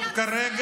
שכחת הכול, משנאה?